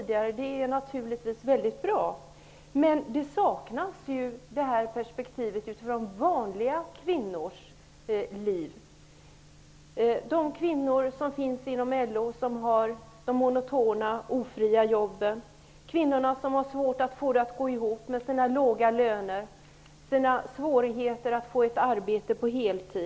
Det är naturligtvis väldigt bra. Men det som saknas är perspektivet från vanliga kvinnors liv. Det är de kvinnor som finns inom LO och som har de monotona och ofria jobben, de kvinnor som har det svårt att få det att gå ihop med sina låga löner och de som har svårigheter att få ett arbete på heltid.